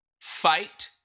Fight